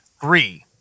three